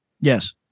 Yes